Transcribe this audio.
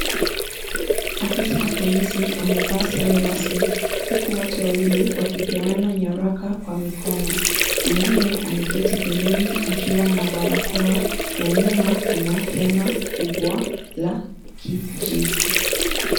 Afisa wa polisi amevaa sare rasmi huku watu wawili wakipeana nyaraka kwa mikono. Mwingine ameketi pembeni akiwa na barakoa na nyuma kuna hema kubwa la kijivu.